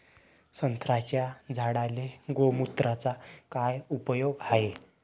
संत्र्याच्या झाडांले गोमूत्राचा काय उपयोग हाये?